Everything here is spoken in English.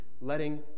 letting